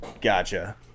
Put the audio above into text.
gotcha